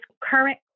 current